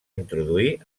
introduir